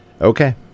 Okay